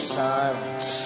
silence